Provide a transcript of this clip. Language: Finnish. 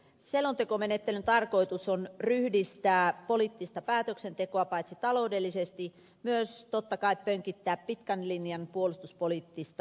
selontekomenettelyn tarkoitus on paitsi ryhdistää poliittista päätöksentekoa taloudellisesti myös totta kai pönkittää pitkän linjan puolustuspoliittista doktriiniamme